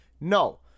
no